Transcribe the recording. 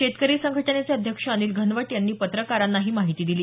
शेतकरी संघटनेचे अध्यक्ष अनिल घनवट यांनी पत्रकारांना ही माहिती दिली